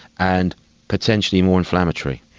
and potentially more inflammatory.